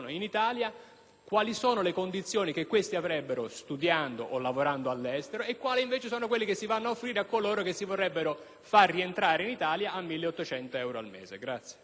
quali sono le condizioni che questi avrebbero studiando o lavorando all'estero e quali invece sono quelle che si vanno ad offrire a coloro che si verrebbero far rientrare in Italia a 1.800 euro al mese.